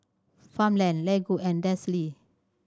Farmland Lego and Delsey